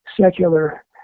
secular